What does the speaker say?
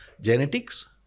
genetics